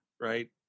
right